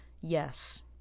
yes